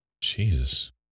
Jesus